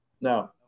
No